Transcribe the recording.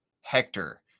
Hector